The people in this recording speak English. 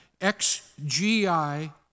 XGI